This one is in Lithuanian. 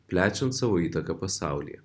plečiant savo įtaką pasaulyje